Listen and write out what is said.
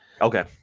Okay